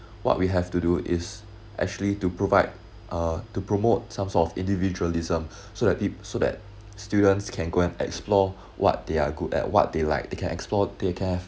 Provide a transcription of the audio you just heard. what we have to do is actually to provide uh to promote some sort of individualism so that it so that students can go and explore what they're good at what they like they can explore they can have